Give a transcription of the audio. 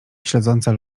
śledząca